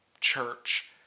church